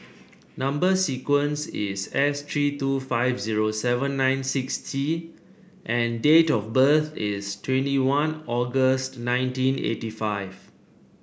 number sequence is S three two five zero seven nine six T and date of birth is twenty one August nineteen eighty five